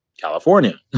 California